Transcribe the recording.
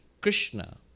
Krishna